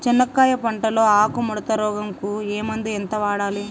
చెనక్కాయ పంట లో ఆకు ముడత రోగం కు ఏ మందు ఎంత వాడాలి?